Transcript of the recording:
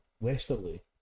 westerly